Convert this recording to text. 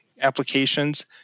applications